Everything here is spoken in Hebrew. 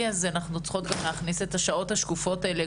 הזה אנחנו צריכות גם להכניס את השעות השקופות האלה,